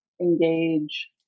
engage